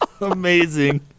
Amazing